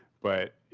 but,